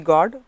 God